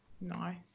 Nice